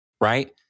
right